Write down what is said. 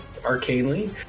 arcanely